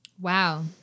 wow